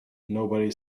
nobody